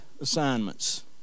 Assignments